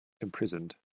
imprisoned